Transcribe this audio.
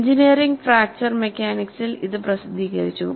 engineering fracture മെക്കാനിക്സിൽ ഇത് പ്രസിദ്ധീകരിച്ചു